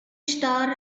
star